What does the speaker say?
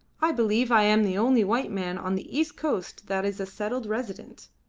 i believe i am the only white man on the east coast that is a settled resident.